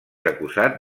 acusat